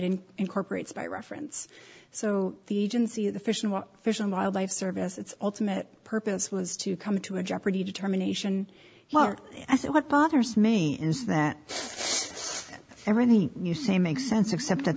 didn't incorporates by reference so the agency the fish and what fish and wildlife service its ultimate purpose was to come to a jeopardy determination part that's what bothers me is that everything you say makes sense except that